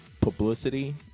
publicity